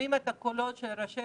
שומעים את הקולות של ראשי